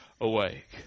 awake